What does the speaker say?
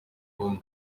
ubumwe